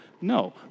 No